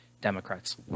Democrats